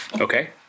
Okay